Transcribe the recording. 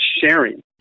sharing